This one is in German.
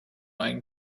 einen